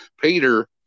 Peter